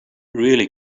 really